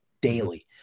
daily